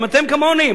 גם אתם כמוני.